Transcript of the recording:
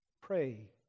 Pray